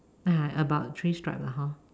ah about three stripe lah hor